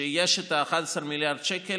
שיש את ה-11 מיליארד שקל,